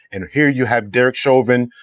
and here you have derrick shervin,